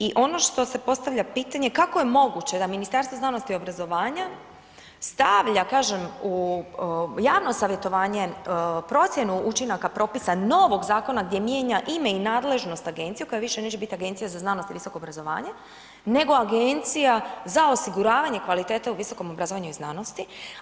I ono što se postavlja pitanje, kako je moguće da Ministarstvo znanosti i obrazovanja, stavlja, kažem u javno savjetovanje procjenu učinaka propisanog zakona gdje mijenja ime i nadležnost agencije koje više neće biti Agencije za znanost i visoko obrazovanje, nego Agencija za osiguravanje kvalitete u visokom obrazovanju i znanosti.